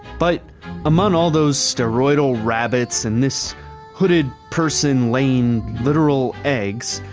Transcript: but among all those steroidal rabbits and this hooded person laying literal eggs,